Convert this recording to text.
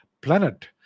planet